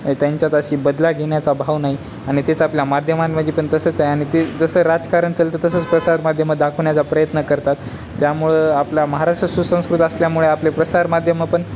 त्यांच्यात अशी बदला घेण्याचा भाव नाही आणि तेच आपल्या माध्यमांमध्येपण तसंच आहे आणि ते जसं राजकारणातलं तसंच प्रसार माध्यम दाखवण्याचा प्रयत्न करतात त्यामुळं आपल्या महाराष्ट्र सुसंस्कृत असल्यामुळे आपले प्रसारमाध्यमपण